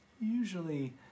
usually